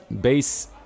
base